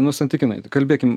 nu santykinai kalbėkim